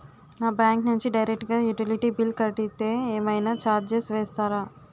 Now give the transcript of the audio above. నా బ్యాంక్ నుంచి డైరెక్ట్ గా యుటిలిటీ బిల్ కడితే ఏమైనా చార్జెస్ వేస్తారా?